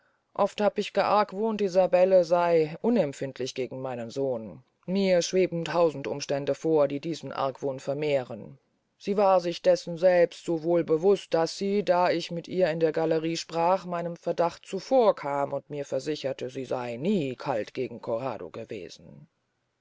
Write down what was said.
oft hab ich geargwohnt isabelle sey unempfindlich gegen meinen sohn mir schweben tausend umstände vor die diesen argwohn vermehren sie war sich dessen selbst so wohl bewust daß sie da ich mit ihr in der gallerie sprach meinem verdacht zuvorkam und mir versicherte sie sey nie kalt gegen corrado gewesen